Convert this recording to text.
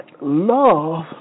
love